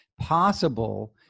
possible